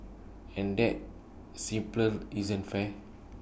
and that simply isn't fair